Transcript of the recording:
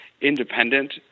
independent